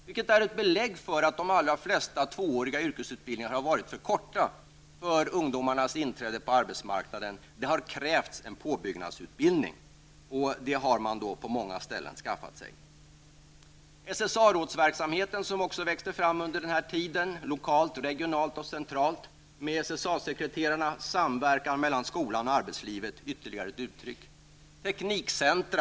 Det här är ett belägg för att de allra flesta tvååriga yrkesutbildningar har varit alltför korta med tanke på ungdomarnas möjligheter till inträde på arbetsmarknaden. Det har krävts en påbyggnadsutbildning, och en sådan har man på många håll skaffat sig. Jag vill påminna om verksamheten med SSA-råd med SSA-sekreterare, som också växte fram under den här tiden lokalt, regionalt och centralt. Det handlar alltså om en samverkan mellan skolan och arbetslivet. Det här är ytterligare ett uttryck för vår vilja att åstadkomma någonting.